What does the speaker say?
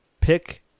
pick